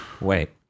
Wait